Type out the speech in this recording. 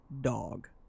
dog